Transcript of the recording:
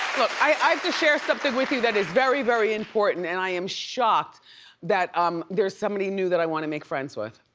look, i have to share something with you that is very, very important and i am shocked that um there is somebody new that i want to make friends with.